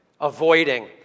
Avoiding